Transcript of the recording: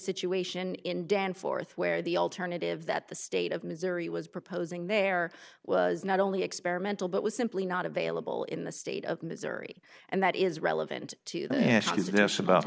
situation in danforth where the alternative that the state of missouri was proposing there was not only experimental but was simply not available in the state of missouri and that is relevant to the ask is this about